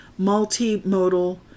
Multimodal